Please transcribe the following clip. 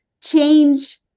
change